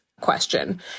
question